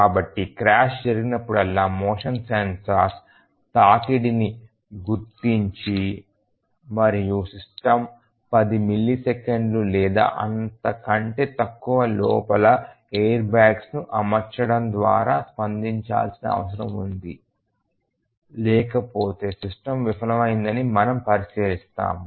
కాబట్టి క్రాష్ జరిగినప్పుడల్లా మోషన్ సెన్సార్లు తాకిడిని గుర్తించి మరియు సిస్టమ్ పది మిల్లీసెకన్లు లేదా అంతకంటే తక్కువ లోపల ఎయిర్బ్యాగ్ను అమర్చడం ద్వారా స్పందించాల్సిన అవసరం ఉంది లేకపోతే సిస్టమ్ విఫలమైందని మనము పరిశీలిస్తాము